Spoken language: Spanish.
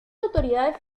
autoridades